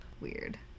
Weird